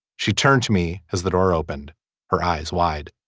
she turned to me as the door opened her eyes wide